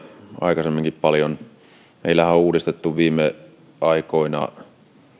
aikaisemminkin paljon meillähän on uudistettu viime aikoina